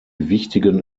wichtigen